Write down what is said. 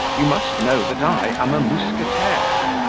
you must know that i am a mousquetaire.